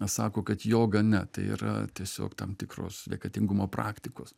sako kad joga ne tai yra tiesiog tam tikros sveikatingumo praktikos